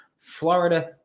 florida